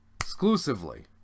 Exclusively